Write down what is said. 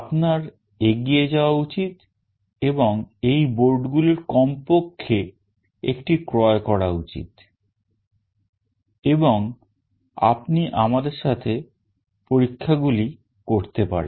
আপনার এগিয়ে যাওয়া উচিত এবং এই বোর্ডগুলির কমপক্ষে একটি ক্রয় করা উচিত এবং আপনি আমাদের সাথে পরীক্ষাগুলি করতে পারেন